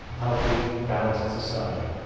healthy, balanced society.